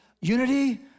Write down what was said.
Unity